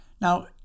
Now